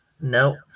No